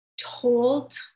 told